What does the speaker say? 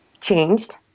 changed